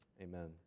Amen